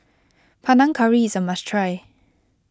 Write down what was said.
Panang Curry is a must try